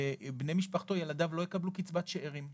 בני משפחתו וילדיו לא יקבלו קצבת שארים.